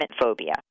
phobia